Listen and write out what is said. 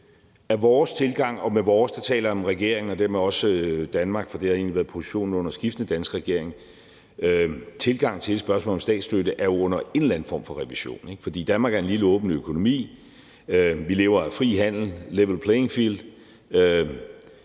om statsstøtte – og med vores taler jeg om regeringens og dermed også Danmarks, for det har egentlig været positionen under skiftende danske regeringer – jo er under en eller anden form for revision, ikke? For Danmark er en lille åben økonomi. Vi lever af fri handel, level playing field,